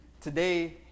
Today